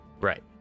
Right